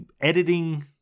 editing